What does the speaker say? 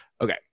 okay